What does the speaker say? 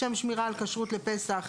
לשם שמירה על כשרות לפסח,